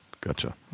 Gotcha